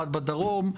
אחת בדרום.